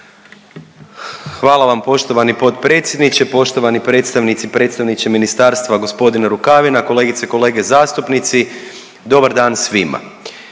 Hvala vam poštovani potpredsjedniče, poštovani predstavnici i predstavniče ministarstva gospodin Rukavina, kolegice i kolege zastupnici dobar dan svima.